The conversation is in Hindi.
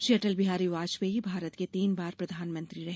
श्री अटल बिहारी वाजपेयी भारत के तीन बार प्रधानमंत्री रहे